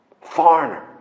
Foreigner